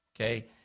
okay